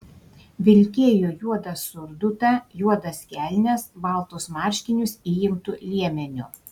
vilkėjo juodą surdutą juodas kelnes baltus marškinius įimtu liemeniu